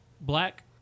black